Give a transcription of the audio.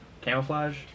camouflage